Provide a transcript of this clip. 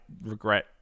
regret